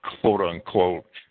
quote-unquote